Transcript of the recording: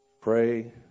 pray